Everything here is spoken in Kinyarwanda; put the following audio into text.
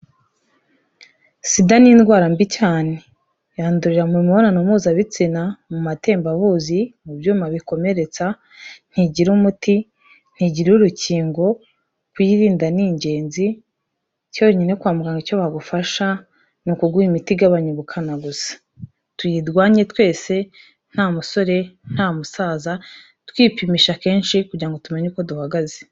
SIDA ni indwara mbi cyane, yandurira mu mibonano mpuzabitsina, mu matembabuzi, mu byuma bikomeretsa, ntigira umuti, ntigira urukingo, kuyirinda ni ingenzi, cyo nyine kwa muganga icyo wagufasha ni ukuguha imiti igabanya ubukana gusa, tuyirwanye twese nta musore, nta musaza, twipimisha kenshi kugira ngo tumenye uko duhagaze.